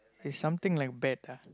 is something like bat ah